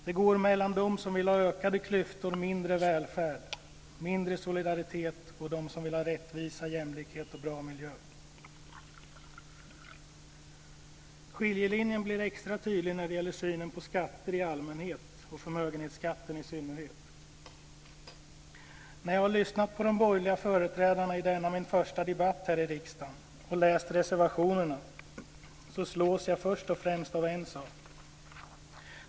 Den går mellan dem som vill ha ökade klyftor, mindre välfärd och mindre solidaritet och dem som vill ha rättvisa, jämlikhet och en bra miljö. Skiljelinjen blir extra tydlig när det gäller synen på skatter i allmänhet och förmögenhetsskatten i synnerhet. När jag har lyssnat på de borgerliga företrädarna i denna min första debatt här i riksdagen och läst reservationerna slås jag först och främst av en sak.